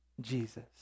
Jesus